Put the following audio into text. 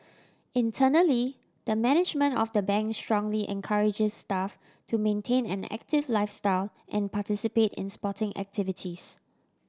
internally the management of the Bank strongly encourages staff to maintain an active lifestyle and participate in sporting activities